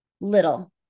little